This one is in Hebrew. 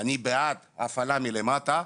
אני בעד הפעלה מלמטה.